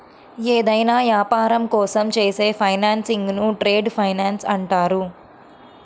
ఏదైనా యాపారం కోసం చేసే ఫైనాన్సింగ్ను ట్రేడ్ ఫైనాన్స్ అంటారు